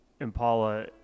Impala